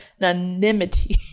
anonymity